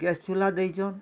gas ଚୁଲା ଦେଇଛନ୍